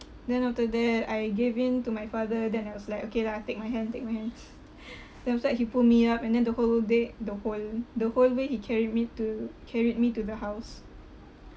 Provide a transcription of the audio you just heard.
then after that I gave in to my father then I was like okay lah take my hand take my hand then after that he pull me up and then the whole day the whole the whole way he carried me to carried me to the house